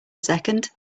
second